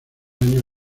años